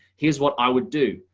here's what i would do.